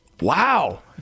Wow